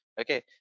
Okay